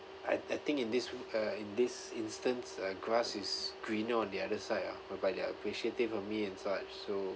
I I think in this uh in this instance uh grass is greener on the other side ah whereby their appreciative of me and such so